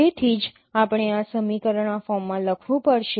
તેથી જ આપણે આ સમીકરણ આ ફોર્મમાં લખવું પડશે